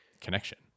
connection